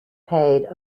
paid